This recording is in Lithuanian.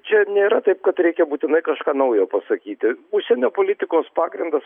čia nėra taip kad reikia būtinai kažką naujo pasakyti užsienio politikos pagrindas